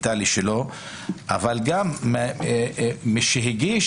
שלו אבל גם משהגיש,